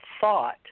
thought